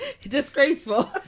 disgraceful